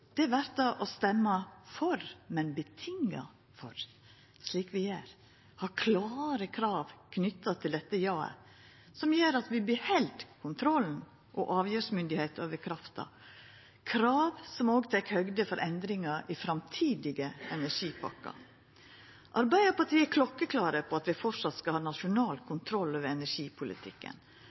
Det vert ein ny situasjon, uansett. Eit anna alternativ er å stemma for, men på visse vilkår, slik vi gjer – å ha klare krav knytt til dette jaet, som gjer at vi beheld kontrollen og avgjerdsmyndigheita over krafta, krav som òg tek høgde for endringar i framtidige energipakkar. Arbeidarpartiet er klokkeklare på at vi framleis skal ha nasjonal